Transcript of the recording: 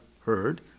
heard